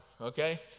Okay